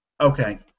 Okay